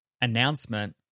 announcement